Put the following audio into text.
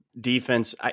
defense